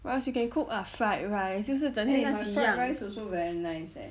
what else you can cook ah fried rice 就是整天那几样